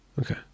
Okay